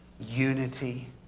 unity